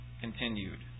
continued